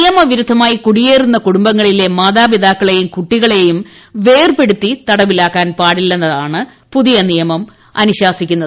നിയമവിരുദ്ധമായി കുടിയേറുന്ന കുടുംബങ്ങളിലെ മാതാപിതാക്കളെയും കുട്ടികളെയും വേർപെടുത്തി തടവിലാക്കാൻ പാടില്ലെന്നതാണ് പുതിയ നിയമം അനുശ്ലാസിക്കുന്നത്